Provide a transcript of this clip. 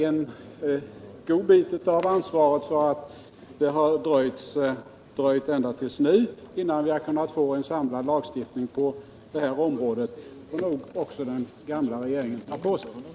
En god bit av ansvaret för att det har dröjt ända till nu innan vi har kunnat få en samlad lagstiftning på detta område får nog den gamla regeringen ta på sig.